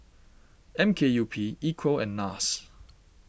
M K U P Equal and Nars